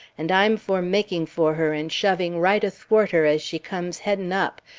and i'm for makin' for her and shoving right athwart her as she comes headin' up,